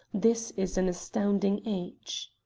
this is an astounding age.